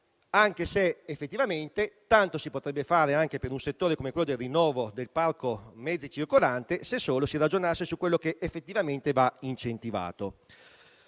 anche se effettivamente tanto si potrebbe fare anche per un settore come quello del rinnovo del parco mezzi circolante, se solo si ragionasse su quello che effettivamente va incentivato.